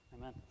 amen